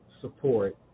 support